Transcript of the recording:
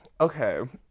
Okay